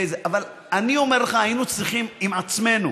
אבל אני אומר לך, היינו צריכים עם עצמנו